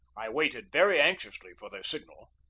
i waited very anxiously for their signal.